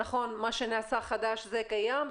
נכון, מה שנעשה חדש, זה קיים.